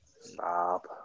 Stop